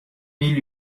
mille